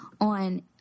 on